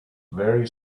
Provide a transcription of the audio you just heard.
very